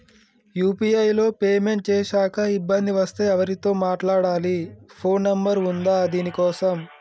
UPI లో payment చేశాక ఇబ్బంది వస్తే ఎవరితో మాట్లాడాలి? ఫోన్ నంబర్ ఉందా దీనికోసం?